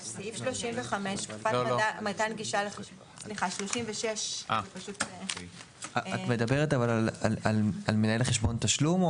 סליחה, זה 36. את מדברת על מנהל חשבון תשלום?